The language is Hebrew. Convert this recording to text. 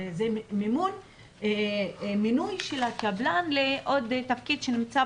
הרי זה מינוי של הקבלן לעוד תפקיד שנמצא